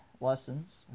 lessons